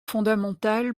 fondamental